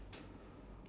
but ya